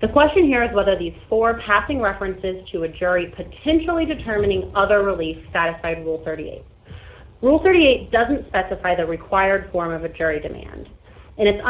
the question here is whether these four passing references to a jury potentially determining other really satisfied will thirty eight rule thirty eight doesn't specify the required form of a cherry demand and it's